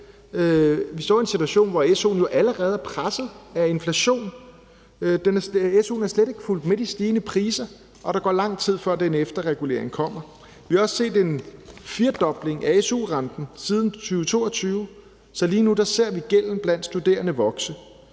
Vi står i en situation, hvor su'en jo allerede er presset af inflationen. Su'en er slet ikke fulgt med de stigende priser, og der går lang tid, før den efterregulering kommer. Vi har også set en firdobling af su-renten siden 2022, så lige nu ser vi gælden blandt studerende vokse